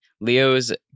leo's